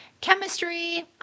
chemistry